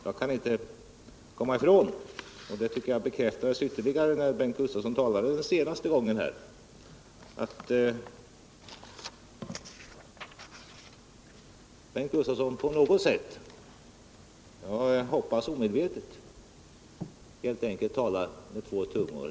Jag kan inte komma ifrån — och det intrycket tycker jag bekräftades ytterligare när Bengt Gustavsson talade den senaste gången — att Bengt Gustavsson på något sätt, som jag hoppas omedvetet, talar med två tungor.